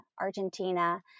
Argentina